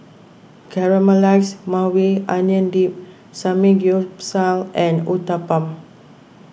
Caramelized Maui Onion Dip Samgyeopsal and Uthapam